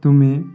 ତୁମେ